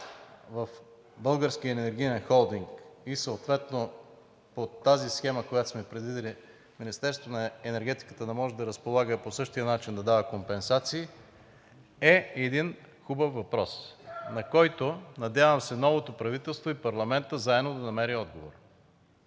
в Българския енергиен холдинг и съответно от тази схема, която сме предвидили, Министерството на енергетиката да може да разполага по същия начин, да дава компенсации, е един хубав въпрос, на който, надявам се, новото правителство и парламентът заедно да намерят отговор.